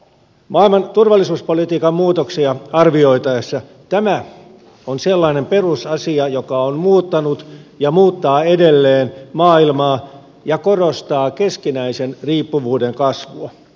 maailman turvallisuuspolitiikan muutoksia arvioitaessa tämä on sellainen perusasia joka on muuttanut ja muuttaa edelleen maailmaa ja korostaa keskinäisen riippuvuuden kasvua